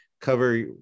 cover